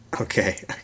Okay